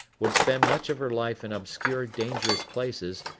would spend much of her life in obscure, dangerous places,